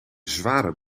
zware